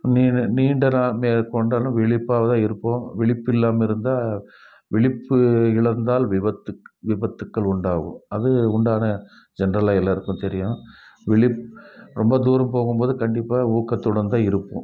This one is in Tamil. நீண்ட நீண்ட நாள் கொண்டாலும் விழிப்பாக தான் இருப்போம் விழிப்பில்லாம இருந்தால் விழிப்பு இழந்தால் விபத்துக் விபத்துக்கள் உண்டாகும் அது உண்டான ஜென்ரல்லாக எல்லோருக்கும் தெரியும் விலிப் ரொம்ப தூரம் போகும் போது கண்டிப்பாக ஊக்கத்துடன் தான் இருப்போம்